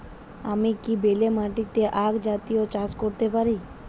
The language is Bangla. আমি কি বেলে মাটিতে আক জাতীয় চাষ করতে পারি?